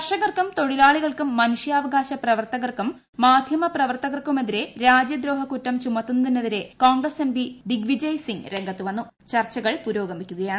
കർഷകർക്കും തൊഴിലാളികൾക്കും മനുഷ്യവകാശ പ്രവർത്തകർക്കും മാധ്യമുപ്രവർത്തകർക്കുമെതിരെ രാജ്യദ്രോഹക്കുറ്റം ചുമത്തുന്നതിട്ടെതിര്രെ കോൺഗ്രസ് എം പി ദിഗ്വിജയ് സിംഗ് രംഗത്ത് വന്നൂപ്പ്ർച്ച്കൾ പുരോഗമിക്കുകയാണ്